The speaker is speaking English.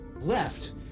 left